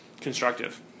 constructive